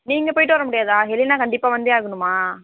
நீங்கள் போய்விட்டு வரமுடியாதா ஹெலினா கண்டிப்பாக வந்தே ஆகணுமா